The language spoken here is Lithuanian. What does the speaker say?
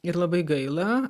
ir labai gaila